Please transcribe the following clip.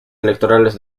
electorales